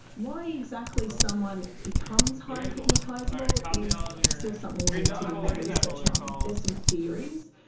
why exactly someone becomes highly hypnotisable is still something we need to do more research on. there's some theories.